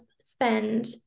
spend